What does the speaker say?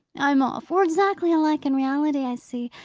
i'm off. we're exactly alike in reality, i see.